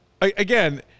Again